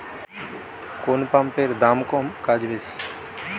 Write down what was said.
কোন পাম্পের দাম কম কাজ বেশি?